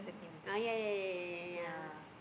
ah ya ya ya ya ya ya